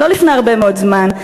לא לפני הרבה מאוד זמן,